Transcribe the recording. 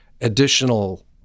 additional